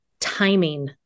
timing